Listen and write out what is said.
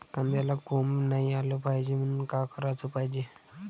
कांद्याला कोंब नाई आलं पायजे म्हनून का कराच पायजे?